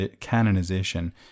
canonization